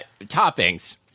toppings